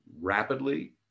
rapidly